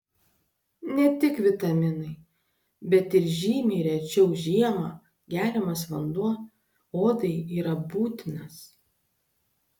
ne tik vitaminai bet ir žymiai rečiau žiemą geriamas vanduo odai yra būtinas